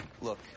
Look